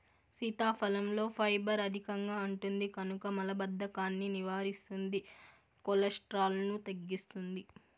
సీతాఫలంలో ఫైబర్ అధికంగా ఉంటుంది కనుక మలబద్ధకాన్ని నివారిస్తుంది, కొలెస్ట్రాల్ను తగ్గిస్తుంది